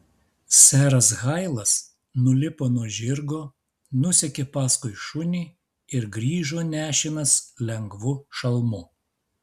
seras hailas nulipo nuo žirgo nusekė paskui šunį ir grįžo nešinas lengvu šalmu